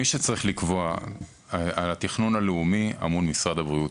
מי צריך לקבוע על התכנון הלאומי זה משרד הבריאות,